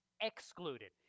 excluded